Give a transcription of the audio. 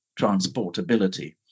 transportability